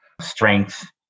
strength